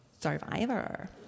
Survivor